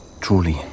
truly